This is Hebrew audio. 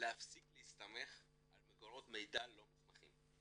להפסיק להסתמך על מקורות מידע לא מוסמכים.